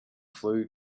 flew